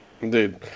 Indeed